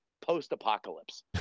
post-apocalypse